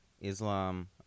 Islam